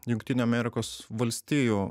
jungtinių amerikos valstijų